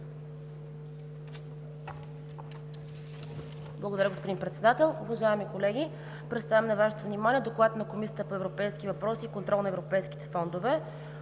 Благодаря Ви, господин Председател. Уважаеми колеги! Представям на Вашето внимание: „ДОКЛАД на Комисията по европейските въпроси и контрол на европейските фондове